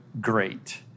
great